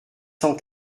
cent